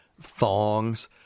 thongs